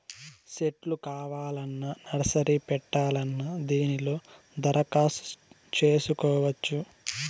సెట్లు కావాలన్నా నర్సరీ పెట్టాలన్నా దీనిలో దరఖాస్తు చేసుకోవచ్చు